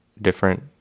different